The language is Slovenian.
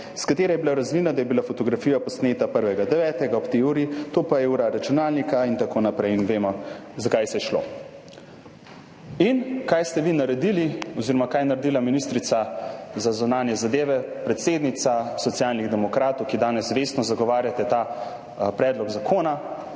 s katere je bilo razvidno, da je bila fotografija posneta 1. 9. ob tej uri, to pa je ura računalnika,« in tako naprej. Vemo, za kaj je šlo. In kaj ste vi naredili oziroma kaj je naredila ministrica za zunanje zadeve, predsednica Socialnih demokratov, ki danes vestno zagovarja ta predlog zakona?